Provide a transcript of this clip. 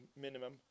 minimum